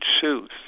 choose